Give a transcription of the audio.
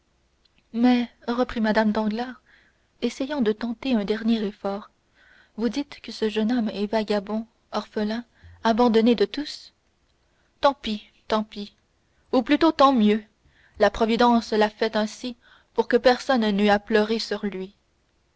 mais reprit mme danglars essayant de tenter un dernier effort vous dites que ce jeune homme est vagabond orphelin abandonné de tous tant pis tant pis ou plutôt tant mieux la providence l'a fait ainsi pour que personne n'eût à pleurer sur lui